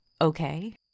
Okay